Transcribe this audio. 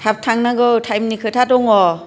थाब थांनांगौ थाएमनि खोथा दङ